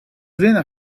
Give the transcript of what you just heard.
lena